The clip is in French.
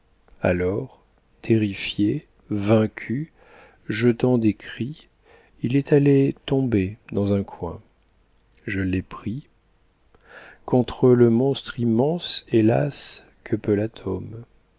alors terrifié vaincu jetant des cris il est allé tomber dans un coin je l'ai pris contre le monstre immense hélas que peut l'atome